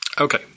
Okay